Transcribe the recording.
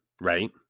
right